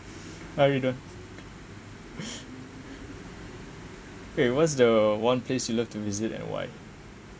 are we done[eh] what's the one place you love to visit and why